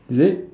is it